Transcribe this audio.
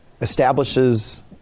establishes